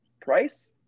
Price